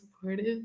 supportive